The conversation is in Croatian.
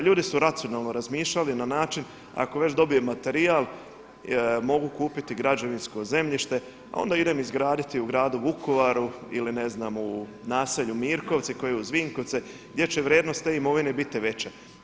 Ljudi su racionalno razmišljali na način ako već dobijem materijal, mogu kupiti građevinsko zemljište a onda idem izgraditi u gradu Vukovaru ili ne znam u naselju Mirkovci koje je uz Vinkovce gdje će vrijednost te imovine biti veća.